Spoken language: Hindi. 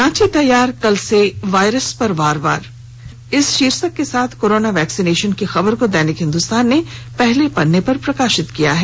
रांची तैयार कल से वायरस पर वार इस शीर्षक के साथ कोरोना वैक्सीनेशन की खबर को दैनिक हिंदुस्तान ने पहले पन्ने पर प्रकाशित किया है